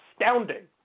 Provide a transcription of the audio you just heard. astounding